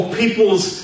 people's